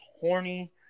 horny